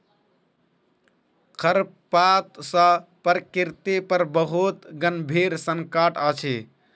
खरपात सॅ प्रकृति पर बहुत गंभीर संकट अछि